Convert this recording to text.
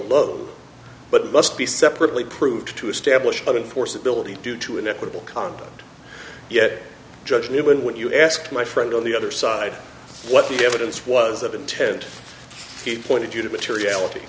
e but must be separately proved to establish one force ability due to an equitable conduct yet judge knew when you asked my friend on the other side what the evidence was of intent he pointed you to materiality